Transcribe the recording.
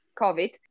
COVID